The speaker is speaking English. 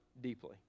deeply